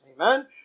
Amen